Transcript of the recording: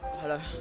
Hello